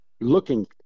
looking